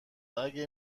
اگر